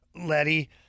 Letty